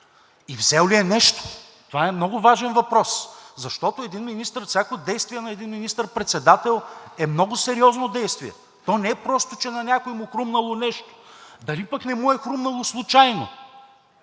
и взел ли е нещо? Това е много важен въпрос, защото един министър, всяко действие на един министър-председател е много сериозно действие. То не е просто, че на някого му е хрумнало нещо. Дали пък не му е хрумнало случайно?